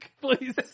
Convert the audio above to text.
please